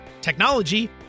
technology